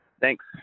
Thanks